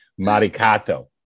maricato